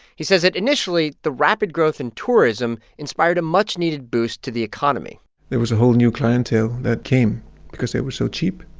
he says that initially, the rapid growth in tourism inspired a much-needed boost to the economy there was a whole new clientele that came because they were so cheap,